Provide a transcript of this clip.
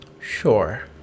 Sure